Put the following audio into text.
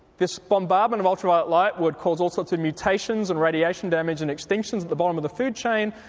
this bombardment of ultraviolet light would cause all sorts of mutations and radiation damage and extinctions at the bottom of the food chain,